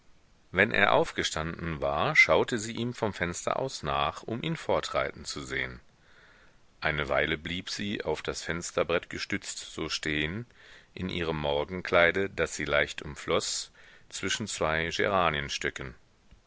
wenn er aufgestanden war schaute sie ihm vom fenster aus nach um ihn fortreiten zu sehen eine weile blieb sie auf das fensterbrett gestützt so stehen in ihrem morgenkleide das sie leicht umfloß zwischen zwei